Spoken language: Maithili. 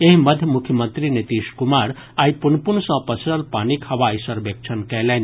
एहि मध्य मुख्यमंत्री नीतीश कुमार आइ पुनपुन सॅ पसरल पानिक हवाई सर्वेक्षण कएलनि